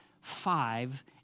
five